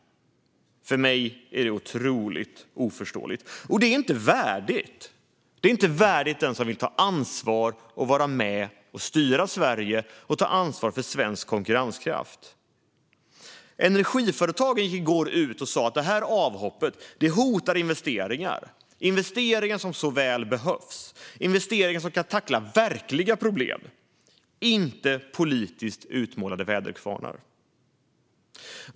För mig är det otroligt oförståeligt. Och det är inte värdigt den som vill ta ansvar och vara med och styra Sverige och ta ansvar för svensk konkurrenskraft. Energiföretagen gick i går ut och sa att avhoppet hotar investeringar - investeringar som behövs så väl, investeringar som kan tackla verkliga problem, inte politiskt utmålade väderkvarnar.